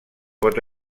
pot